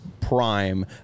prime